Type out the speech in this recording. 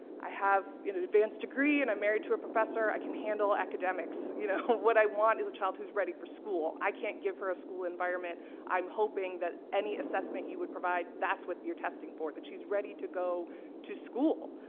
i have you know advanced degree and i'm married to a professor i can handle academics you know what i want is a child who's ready for school i can't give her a school environment i'm hoping that any assessment you would provide that's what you're testing for that she's ready to go to school